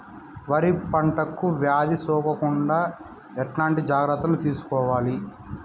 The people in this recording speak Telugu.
వరి పంటకు వ్యాధి సోకకుండా ఎట్లాంటి జాగ్రత్తలు తీసుకోవాలి?